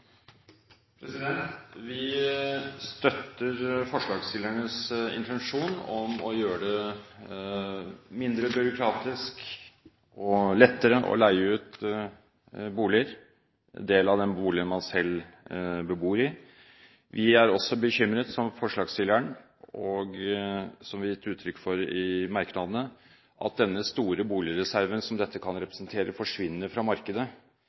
Vi støtter forslagsstillernes intensjon om å gjøre det mindre byråkratisk og lettere å leie ut en del av den boligen man selv bor i. Vi er som forslagsstillerne også bekymret over, som vi har gitt uttrykk for i merknadene, at denne store boligreserven som dette kan representere, forsvinner fra markedet